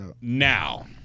Now